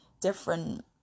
different